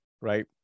Right